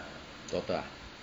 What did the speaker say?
daughter ah